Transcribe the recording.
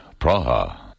Praha